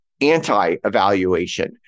anti-evaluation